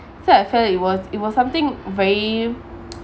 so felt it was it was something very